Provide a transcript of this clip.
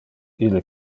ille